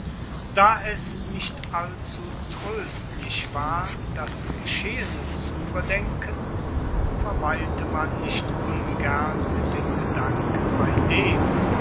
da es nicht allzu troestlich war das geschehene zu ueberdenken verweilte man nicht ungern mit den gedanken bei dem